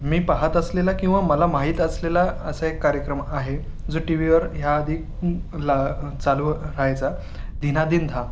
मी पाहत असलेला किंवा मला माहीत असलेला असा एक कार्यक्रम आहे जो टी वीवर ह्या आधी ला चालू राहायचा धीनाधीनधा